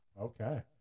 Okay